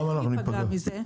למה ניפגע מזה?